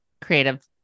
creative